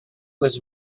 was